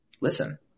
listen